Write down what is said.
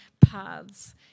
paths